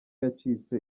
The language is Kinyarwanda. yacitse